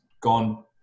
gone